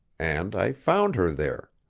and i found her there.